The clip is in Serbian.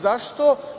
Zašto?